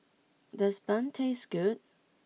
does Bun taste good